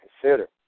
consider